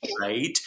right